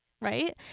Right